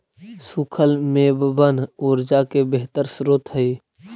सूखल मेवबन ऊर्जा के बेहतर स्रोत हई